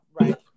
right